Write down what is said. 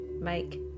make